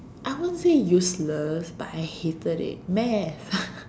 I won't say useless but I hated it math